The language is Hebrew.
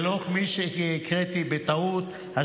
ולא כפי שהקראתי בטעות,